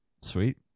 Sweet